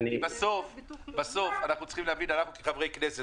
בסוף אנחנו צריכים להבין כחברי כנסת